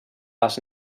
les